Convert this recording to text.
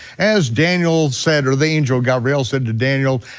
as daniel said, or the angel gabriel said to daniel,